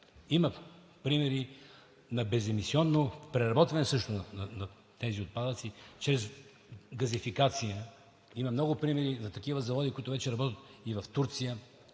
Има примери на беземисионно преработване също на тези отпадъци чрез газификация. Има много примери на такива заводи, които вече работят и в Турция,